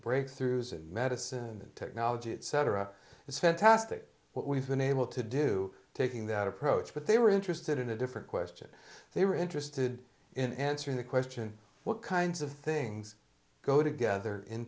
breakthroughs in medicine and technology etc it's fantastic what we've been able to do taking that approach but they were interested in a different question they were interested in answering the question what kinds of things go together in